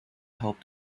helped